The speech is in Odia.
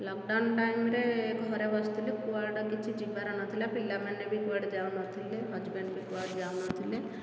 ଲକଡ଼ାଉନ୍ ଟାଇମ୍ରେ ଘରେ ବସିଥିଲି କୁଆଡ଼େ କିଛି ଯିବାର ନଥିଲା ପିଲା ମାନେ ବି କୁଆଡ଼େ ଯାଉ ନଥିଲେ ହଜବ୍ୟାଣ୍ଡ ବି କୁଆଡ଼େ ଯାଉ ନଥିଲେ